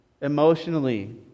emotionally